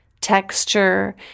texture